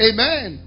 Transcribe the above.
Amen